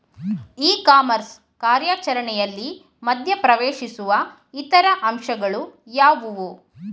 E commerce ಕಾರ್ಯಾಚರಣೆಯಲ್ಲಿ ಮಧ್ಯ ಪ್ರವೇಶಿಸುವ ಇತರ ಅಂಶಗಳು ಯಾವುವು?